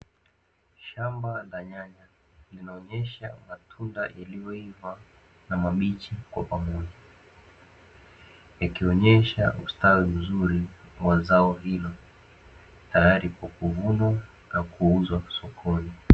Shamba la nyanya linaonyesha matunda yaliyoiva na mabichi kwa pamoja, likionyesha ustawi mzuri wa zao hilo, tayari kwa kuvunwa na kuuzwa sokoni.